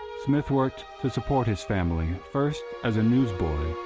smith worked to support his family first as a newsboy,